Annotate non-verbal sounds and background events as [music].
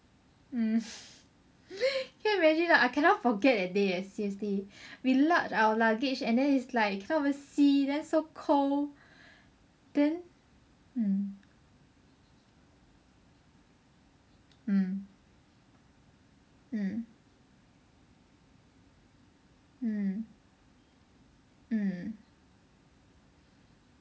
mm [laughs] [breath] can't imagine ah I cannot forget that day leh seriously leh we our luggage and then it's like we can't even see then so cold then